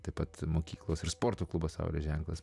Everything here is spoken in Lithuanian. taip pat mokyklos ir sporto klubo saulės ženklas